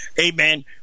Amen